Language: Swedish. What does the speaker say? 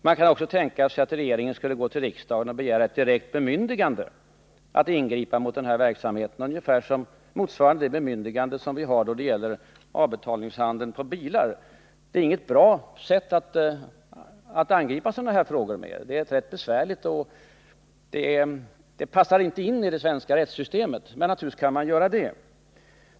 Man kan också tänka sig att regeringen av riksdagen skulle begära ett direkt bemyndigande att ingripa mot denna verksamhet, ungefärligen motsvarande det bemyndigande som vi har då det gäller avbetalningshandeln på bilar. Men det är inte något bra sätt att angripa sådana frågor — det är rätt besvärligt och passar inte in i det svenska rättssystemet — men naturligtvis är det genomförbart.